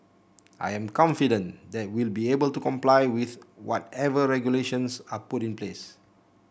I am confident that we'll be able to comply with whatever regulations are put in place